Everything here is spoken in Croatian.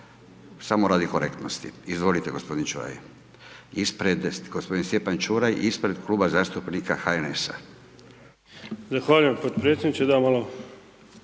Samo radi korektnosti. Izvolite gospodin Ćuraj, ispred gospodin Stjepan Ćuraj ispred Kluba zastupnika HNS-a. **Čuraj, Stjepan (HNS)** Zahvaljujem podpredsjedniče da malo,